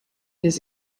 his